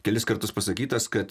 kelis kartus pasakytas kad